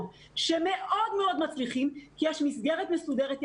שמאוד מאוד מצליחים כי יש מסגרת מסודרת,